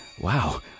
Wow